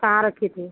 कहाँ रखी थीं